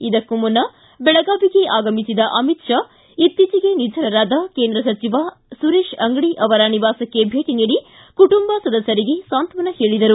ಇದಕ್ಕೂ ಮುನ್ನ ಬೆಳಗಾವಿಗೆ ಆಗಮಿಸಿದ ಅಮಿತ್ ಶಾ ಇತ್ತೀಚಿಗೆ ನಿಧನರಾದ ಕೇಂದ್ರ ಸಚಿವ ಸುರೇಶ್ ಅಂಗಡಿ ಅವರ ನಿವಾಸಕ್ಕೆ ಭೇಟ ನೀಡಿ ಕುಟುಂಬ ಸದಸ್ಯರಿಗೆ ಸಾಂತ್ವನ ಹೇಳಿದರು